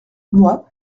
moi